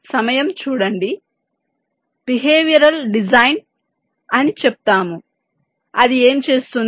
సమయం చూడండి 2304 behavioural design అని చెప్తాము అది ఏమి చేస్తుంది